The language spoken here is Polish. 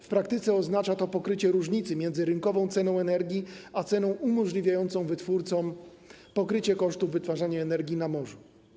W praktyce oznacza to pokrycie różnicy między rynkową ceną energii, a ceną umożliwiającą wytwórcom pokrycie kosztów wytwarzania energii na morzu.